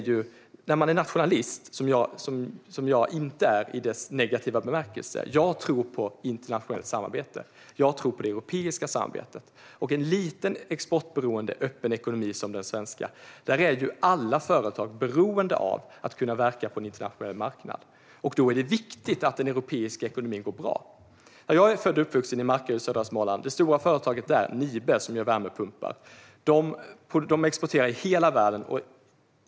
Jag är inte nationalist i dess negativa bemärkelse, utan jag tror på internationellt samarbete. Jag tror på det europeiska samarbetet. I en liten, öppen och exportberoende ekonomi som den svenska är alla företag beroende av att kunna verka på en internationell marknad. Då är det viktigt att den europeiska ekonomin går bra. Jag är född och uppvuxen i Markaryd i södra Småland. Det stora företaget där, Nibe, som gör värmepumpar, exporterar i hela världen.